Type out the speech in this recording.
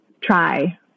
try